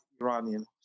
Iranian